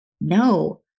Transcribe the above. No